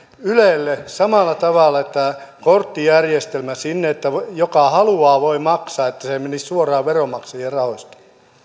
ylelle laitettaisiin samalla tavalla tämä korttijärjestelmä että joka haluaa voi maksaa että se ei menisi suoraan veronmaksajien rahoista